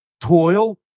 toil